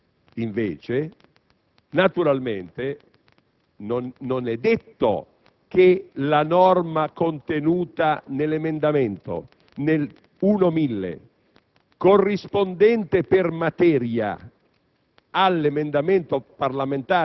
Naturalmente, invece, non è detto che la norma contenuta nell'emendamento 1.1000, corrispondente per materia